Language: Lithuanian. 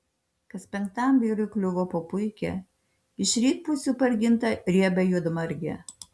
kas penktam vyrui kliuvo po puikią iš rytprūsių pargintą riebią juodmargę